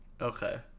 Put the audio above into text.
Okay